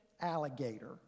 alligator